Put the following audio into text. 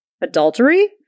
adultery